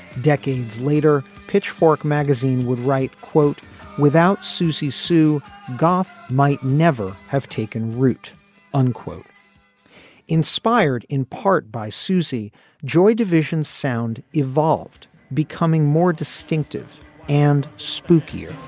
decades later pitchfork magazine would write quote without susie sue goff might never have taken root unquote inspired in part by susie joy division's sound evolved becoming more distinctive and spooky.